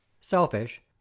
selfish